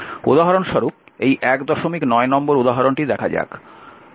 উদাহরণস্বরূপ এই 19 নম্বর উদাহরণটি দেখা যাক